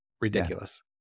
Ridiculous